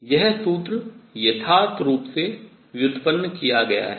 यह सूत्र यथार्थ रूप से व्युत्पन्न किया गया है